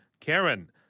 Karen